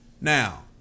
Now